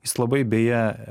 jis labai beje